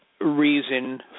reason